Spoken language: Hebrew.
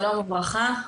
שלום וברכה.